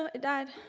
um it died.